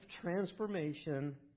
transformation